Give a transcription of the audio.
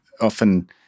Often